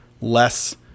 less